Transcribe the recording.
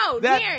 No